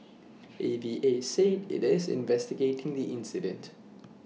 A V A said IT is investigating the incident